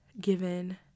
given